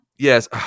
Yes